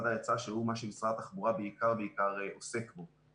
שהוא מה שמשרד התחבורה בעיקר עוסק בו,